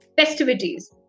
festivities